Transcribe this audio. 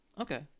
Okay